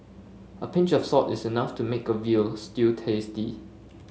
a pinch of salt is enough to make a veal stew tasty